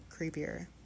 creepier